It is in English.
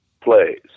plays